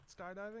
skydiving